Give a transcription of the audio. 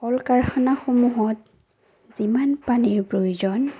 কল কাৰখানাসমূহত যিমান পানীৰ প্ৰয়োজন